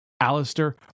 Alistair